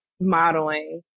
modeling